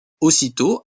aussitôt